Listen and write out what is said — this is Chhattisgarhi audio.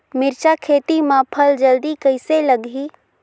मिरचा खेती मां फल जल्दी कइसे लगही?